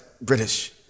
British